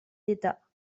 d’état